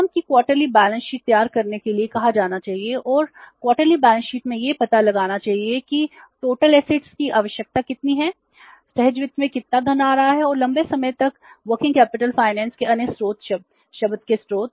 firm को त्रैमासिक balance sheet के अन्य स्रोत शब्द के स्रोत